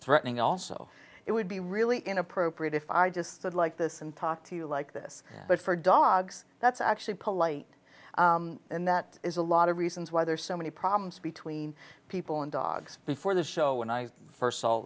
threatening also it would be really inappropriate if i just said like this and talk to you like this but for dogs that's actually polite and that is a lot of reasons why there are so many problems between people and dogs before the show when i first saw